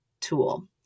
tool